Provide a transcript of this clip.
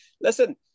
listen